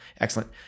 excellent